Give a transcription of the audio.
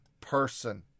person